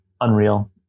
unreal